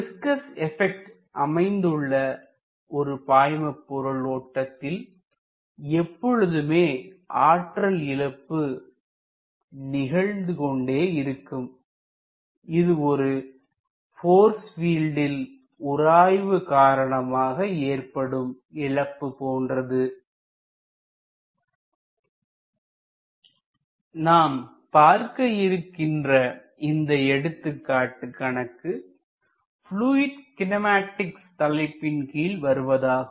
viscous effect அமைந்துள்ள ஒரு பாய்மபொருள் ஓட்டத்தில் எப்பொழுதுமே ஆற்றல் இழப்பு நிகழ்ந்துகொண்டே இருக்கும் இது ஒரு போர்ஸ் ஃபீல்டில் உராய்வு காரணமாக ஏற்படும் இழப்பு போன்றது நாம் பார்க்க இருக்கின்ற இந்த எடுத்துக்காட்டு கணக்குபிலுயிட் கினேமட்டிக்ஸ் தலைப்பின் கீழ் வருவதாகும்